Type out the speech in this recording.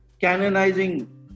canonizing